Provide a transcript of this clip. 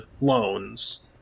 loans